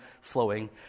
flowing